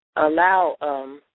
Allow